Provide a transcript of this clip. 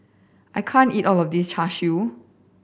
I can't eat all of this Char Siu